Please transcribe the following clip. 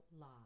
law